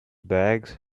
bags